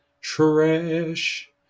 Trash